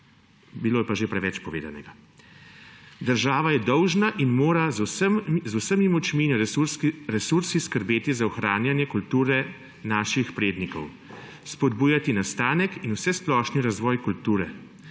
Bilo je pa že preveč povedanega. Država je dolžna in mora z vsemi močni in resursi skrbeti za ohranjanje kulture naših prednikov, spodbujati nastanek in vsesplošni razvoj kulture.